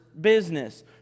business